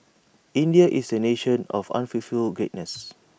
India is A nation of unfulfilled greatness